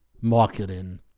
marketing